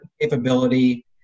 capability